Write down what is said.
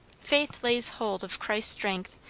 faith lays hold of christ's strength,